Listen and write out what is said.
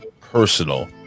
personal